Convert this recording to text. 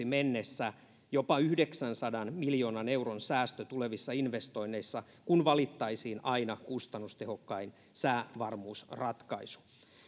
mennessä jopa yhdeksänsadan miljoonan euron säästö tulevissa investoinneissa kun valittaisiin aina kustannustehokkain säävarmuusratkaisu